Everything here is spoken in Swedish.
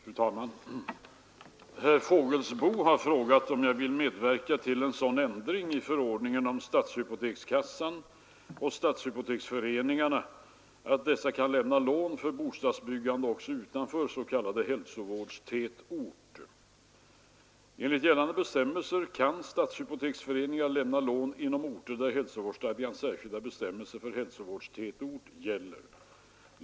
Fru talman! Herr Fågelsbo har frågat mig om jag vill medverka till en sådan ändring i förordningen om stadshypotekskassan och stadshypoteksföreningarna att dessa kan lämna lån för bostadsbyggande också utanför s.k. hälsovårdstätort. Enligt gällande bestämmelser kan stadshypoteksföreningar lämna lån inom orter där hälsovårdsstadgans särskilda bestämmelser för hälsovårdstätort gäller.